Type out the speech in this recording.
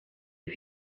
for